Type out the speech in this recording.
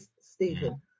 Stephen